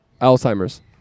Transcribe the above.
Alzheimer's